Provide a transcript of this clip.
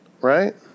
right